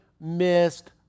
missed